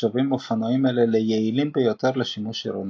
נחשבים אופנועים אלו ליעילים ביותר לשימוש עירוני.